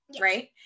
right